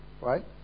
right